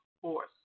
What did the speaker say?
Force